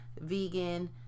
vegan